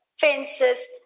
fences